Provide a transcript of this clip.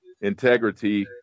integrity